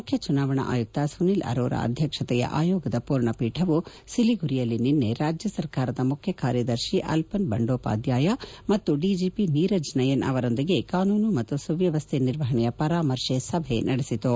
ಮುಖ್ಯ ಚುನಾವಣಾ ಆಯುಕ್ತ ಸುನಿಲ್ ಅರೋರ ಅಧ್ಯಕ್ಷತೆಯ ಆಯೋಗದ ಪೂರ್ಣ ಪೀಠವು ಸಿಲಿಗುರಿಯಲ್ಲಿ ನಿನ್ನೆ ರಾಜ್ಯ ಸರ್ಕಾರದ ಮುಖ್ಯ ಕಾರ್ಯದರ್ಶಿ ಅಲಪನ್ ಬಂಡೋಪಾಧ್ಯಾಯ ಮತ್ತು ಡಿಜಿಪಿ ನೀರಜ್ ನಯನ್ ಅವರೊಂದಿಗೆ ಕಾನೂನು ಮತ್ತು ಸುವ್ಯವಸ್ಥೆ ನಿರ್ವಹಣೆಯ ಪರಾಮರ್ಶೆ ಸಭೆ ನಡೆಸಿತು